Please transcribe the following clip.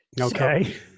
Okay